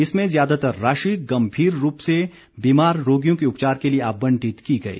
इसमें ज्यादातर राशि गंभीर रूप से बीमार रोगियों के उपचार के लिए आबंटित की गई